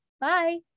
Bye